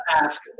ask